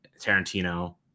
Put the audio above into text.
Tarantino